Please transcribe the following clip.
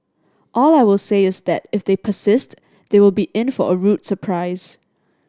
all I will say is that if they persist they will be in for a rude surprise